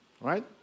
right